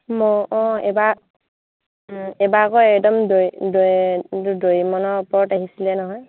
মই অঁ এইবাৰ এইবাৰ আকৌ একদম দ ডৰে ডৰেমনৰ ওপৰত আহিছিলে নহয়